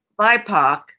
BIPOC